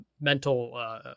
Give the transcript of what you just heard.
mental